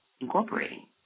incorporating